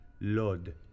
Lord